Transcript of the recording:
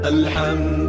Alhamdulillah